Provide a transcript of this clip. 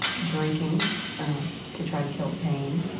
drinking to try to kill the pain